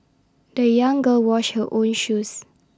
the young girl washed her own shoes